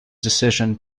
decision